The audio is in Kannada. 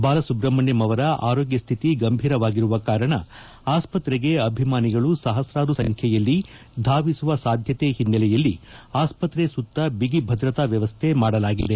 ಬಾಲಸುಬ್ರಹ್ಮಣ್ಯಂ ಅವರ ಆರೋಗ್ಯ ಸ್ಥಿತಿ ಗಂಭೀರವಾಗಿರುವ ಕಾರಣ ಆಸ್ಪತ್ತೆಗೆ ಅಭಿಮಾನಿಗಳು ಸಹಸ್ರರು ಸಂಖ್ಯೆಯಲ್ಲಿ ಧಾವಿಸುವ ಸಾಧ್ಯತೆ ಹಿನ್ನೆಲೆಯಲ್ಲಿ ಆಸ್ಪತ್ರೆ ಸುತ್ತ ಬಿಗಿ ಭದ್ರತಾ ವ್ಯವಸ್ಥೆ ಮಾಡಲಾಗಿದೆ